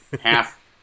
half